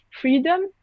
freedom